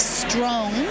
strong